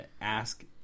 ask